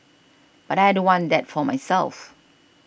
but I don't want that for my selves